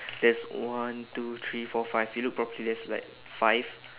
there's one two three four five you look properly there's like five